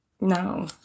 No